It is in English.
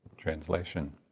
translation